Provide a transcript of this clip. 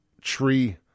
tree